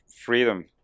freedom